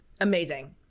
Amazing